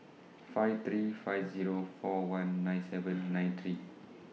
five three five Zero four one nine seven nine three